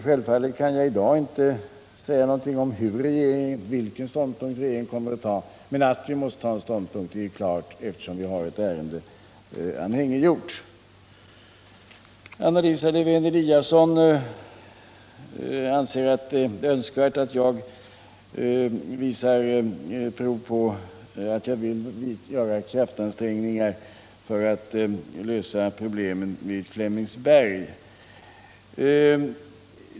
Självfallet kan jag i dag inte säga vilken ståndpunkt regeringen kommer att inta, men det är klart att vi måste inta en ståndpunkt, eftersom vi har ett ärende anhängiggjort. Anna Lisa Lewén-Eliasson anser det önskvärt att jag visar prov på att jag vill göra kraftansträngningar för att lösa problemen vid Flemingsberg.